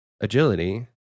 agility